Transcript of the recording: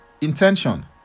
intention